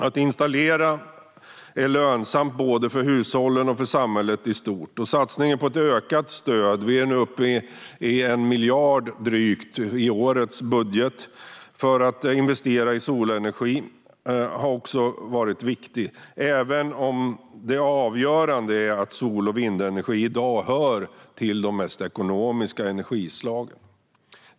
Att installera solenergi är lönsamt både för hushållen och för samhället i stort. Satsningen på ett ökat stöd för att investera i solenergi - vi är nu uppe i drygt 1 miljard i årets budget - har också varit viktig, även om det avgörande är att sol och vindenergi i dag hör till de mest ekonomiska energislagen.